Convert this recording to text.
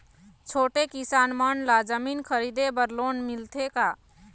छोटे किसान मन ला जमीन खरीदे बर लोन मिलथे का?